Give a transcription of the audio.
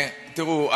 תראו,